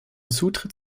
zutritt